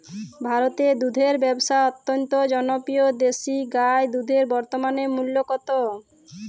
ভারতে দুধের ব্যাবসা অত্যন্ত জনপ্রিয় দেশি গাই দুধের বর্তমান মূল্য কত?